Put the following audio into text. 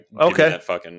Okay